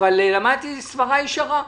אבל למדתי סברה ישרה.